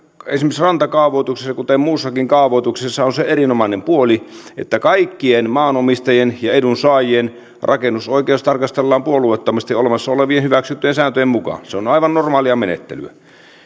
esimerkiksi rantakaavoituksessa kuten muussakin kaavoituksessa on se erinomainen puoli että kaikkien maanomistajien ja edunsaajien rakennusoikeus tarkastellaan puolueettomasti olemassa olevien hyväksyttyjen sääntöjen mukaan se on aivan normaalia menettelyä